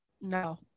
No